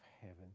heaven